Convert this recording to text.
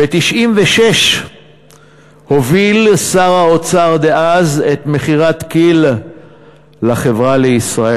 ב-1996 הוביל שר האוצר דאז את מכירת כי"ל ל"חברה לישראל".